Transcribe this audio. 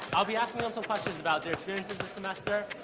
i'll be asking them some questions about their experiences this semester,